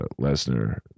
Lesnar